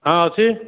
ହଁ ଅଛି